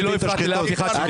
אני לא הפרעתי לאף אחד כשהוא דיבר.